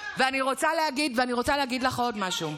הם לא מתגייסים לצבא.